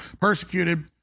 persecuted